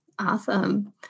Awesome